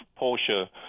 Porsche